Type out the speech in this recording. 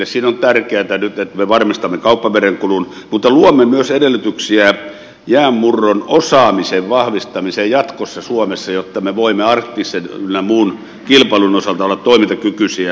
siinä on tärkeätä nyt että me varmistamme kauppamerenkulun mutta luomme myös edellytyksiä jäänmurron osaamisen vahvistamiseen jatkossa suomessa jotta me voimme arktisen ynnä muun kilpailun osalta olla toimintakykyisiä